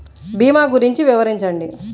భీమా గురించి వివరించండి?